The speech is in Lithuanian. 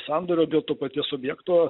sandorio dėl to paties objekto